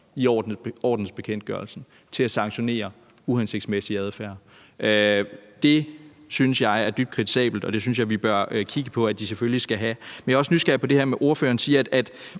i ordensbekendtgørelsen til at sanktionere uhensigtsmæssig adfærd. Det synes jeg er dybt kritisabelt, og jeg synes, vi bør kigge på, at de selvfølgelig skal have det. Jeg er også nysgerrig på det, ordføreren siger,